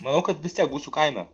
manau kad vis tiek būsiu kaime